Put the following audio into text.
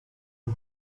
you